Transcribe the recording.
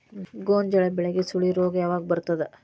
ಗೋಂಜಾಳ ಬೆಳೆಗೆ ಸುಳಿ ರೋಗ ಯಾವಾಗ ಬರುತ್ತದೆ?